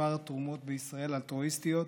מספר התרומות האלטרואיסטיות